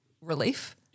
relief